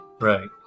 Right